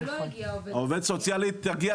ולא הגיעה עובדת סוציאלית.